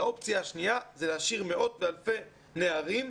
האופציה השנייה זה להשאיר מאות ואלפי נערים,